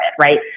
right